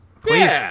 Please